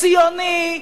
ציוני,